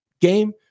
game